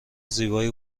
زیبایی